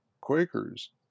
Quakers